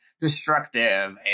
destructive